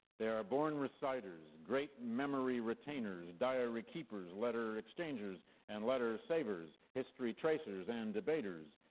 they are born reciters, great memory retainers, diary keepers, letter exchangers and letter savers, history tracers and debaters,